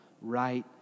right